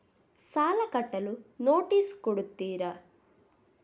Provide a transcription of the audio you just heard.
ಸಾಲ ಕಟ್ಟಲು ನೋಟಿಸ್ ಕೊಡುತ್ತೀರ?